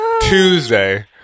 Tuesday